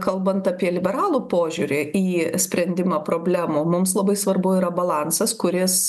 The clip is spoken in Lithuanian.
kalbant apie liberalų požiūrį į sprendimą problemų mums labai svarbu yra balansas kuris